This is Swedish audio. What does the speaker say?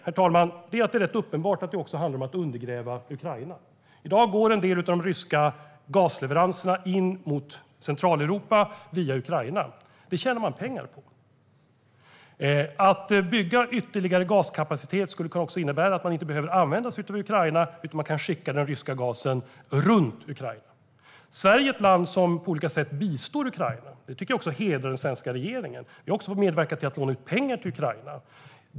För det tredje är det helt uppenbart att det också handlar om att undergräva Ukraina. I dag går en del av de ryska gasleveranserna till Centraleuropa via Ukraina. Det tjänar man pengar på. Att bygga ytterligare gaskapacitet skulle innebära att Ryssland inte behöver använda sig av Ukraina, utan man kan skicka den ryska gasen runt Ukraina. Sverige är ett land som på olika sätt bistår Ukraina. Det tycker jag hedrar den svenska regeringen som också har medverkat till att låna ut pengar till Ukraina.